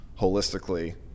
holistically